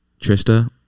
Trista